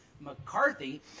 mccarthy